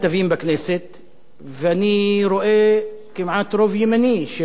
ואני רואה כמעט רוב ימני של הכתבים בכנסת